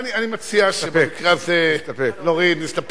אני מציע במקרה הזה להוריד, להסתפק.